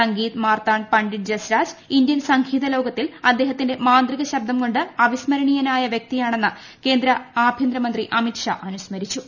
Sangeeth Martand Pandit Jasraj Indian സംഗീതലോകത്തിൽ അദ്ദേഹത്തിന്റെ മാന്ത്രിക ശബ്ദം കൊണ്ട് അവിസ്മരണീയനായ വൃക്തിയാണെന്ന് കേന്ദ്ര ആഭ്യന്തരമന്ത്രി അമിത്ഷാ അനുസ്മരിച്ചു